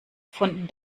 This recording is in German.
von